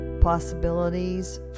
possibilities